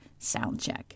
soundcheck